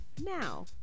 now